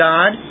God